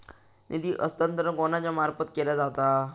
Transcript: निधी हस्तांतरण कोणाच्या मार्फत केला जाता?